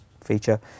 feature